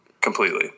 completely